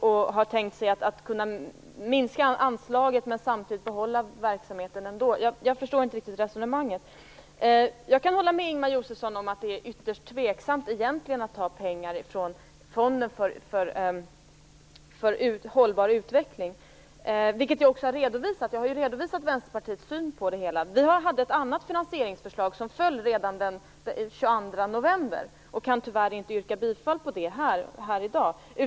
Man har tänkt sig att kunna minska anslaget men samtidigt behålla verksamheten ändå. Jag förstår inte riktigt resonemanget. Jag kan hålla med Ingemar Josefsson om att det egentligen är ytterst tveksamt att ta pengar från Fonden för hållbar utveckling, vilket också är redovisat. Vi har ju redovisat Vänsterpartiets syn på detta. Jag hade ett annat finansieringsförslag, som föll redan den 22 november, och jag kan därför tyvärr inte yrka bifall till det här i dag.